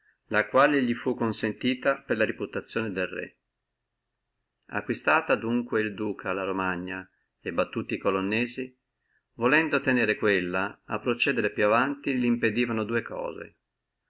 la quale li fu consentita per la reputazione del re acquistata adunque el duca la romagna e sbattuti e colonnesi volendo mantenere quella e procedere più avanti lo mpedivano dua cose